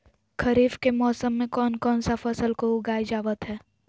खरीफ के मौसम में कौन कौन सा फसल को उगाई जावत हैं?